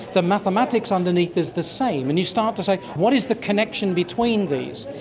the mathematics underneath is the same and you start to say what is the connection between these?